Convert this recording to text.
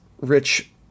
rich